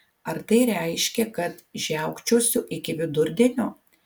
ar tai reiškia kad žiaukčiosiu iki vidurdienio